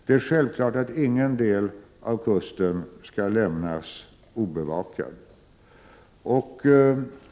Det är självklart att ingen del av kusten skall lämnas obevakad.